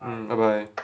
mm bye bye